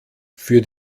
für